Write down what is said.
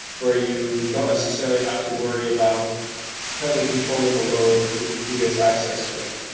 where you don't necessarily have to worry about tightly controlling the load or who who gets access to it